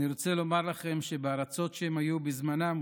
אני רוצה לומר לכם שבארצות שבהן הם היו בזמנם,